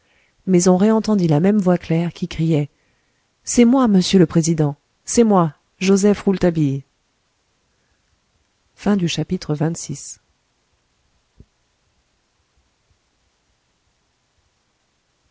mais on réentendit la même voix claire qui criait c'est moi monsieur le président c'est moi joseph rouletabille